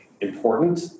important